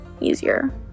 easier